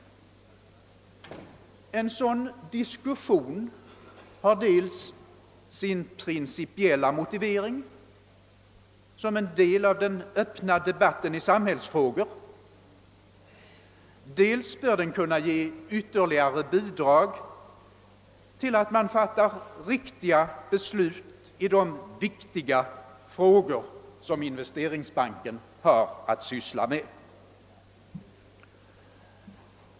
Dels har en sådan diskussion en principiell motivering som ett inslag i den öppna de batten, dels bör den kunna ge ytter ligare bidrag till att man fattar riktiga. beslut i de viktiga frågor som Investe-. ringsbanken har att syssla med.